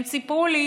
הם סיפרו לי